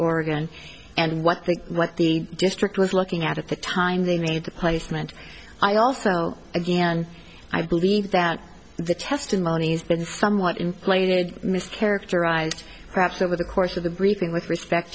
organ and what they what the district was looking at at the time they need placement i also again i believe that the testimonies it's somewhat inflated mischaracterized perhaps over the course of the briefing with respect